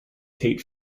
tate